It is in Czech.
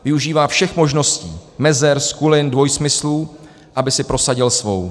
Využívá všech možností, mezer, skulin, dvojsmyslů, aby si prosadil svou.